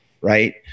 right